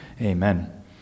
Amen